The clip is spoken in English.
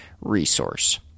resource